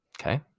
Okay